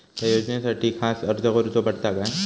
त्या योजनासाठी खास अर्ज करूचो पडता काय?